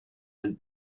ein